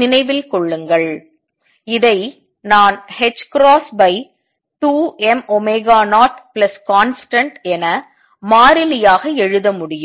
நினைவில் கொள்ளுங்கள் இதை நான் n2m0constant மாறிலியாக எழுதமுடியும்